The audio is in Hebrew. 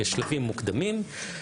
בשלבים מוקדמים,